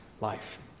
life